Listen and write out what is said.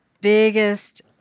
biggest